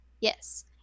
yes